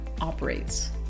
operates